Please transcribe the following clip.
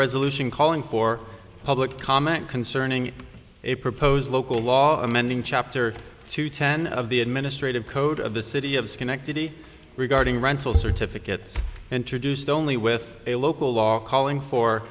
resolution calling for public comment concerning a proposed local law amending chapter two ten of the administrative code of the city of schenectady regarding rental certificates introduced only with a local law calling for